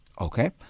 Okay